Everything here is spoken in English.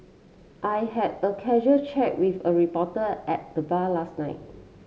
I had a casual chat with a reporter at the bar last night